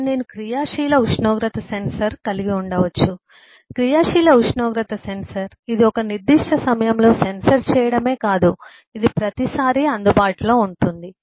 అప్పుడు నేను క్రియాశీల ఉష్ణోగ్రత సెన్సర్ కలిగి ఉండవచ్చు క్రియాశీల ఉష్ణోగ్రత సెన్సర్ ఇది ఒక నిర్దిష్ట సమయంలో సెన్సర్ చేయడమే కాదు ఇది ప్రతిసారీ అందుబాటులో ఉంటుంది